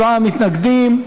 57 מתנגדים,